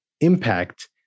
impact